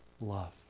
love